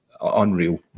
unreal